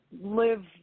live